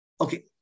Okay